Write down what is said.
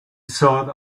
sought